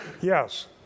Yes